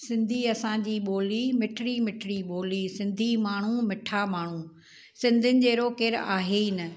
सिंधी असांजी ॿोली मिठिड़ी मिठिड़ी ॿोली सिंधी माण्हू मिठा माण्हू सिंधियुनि जहिड़ो केरु आहे ई न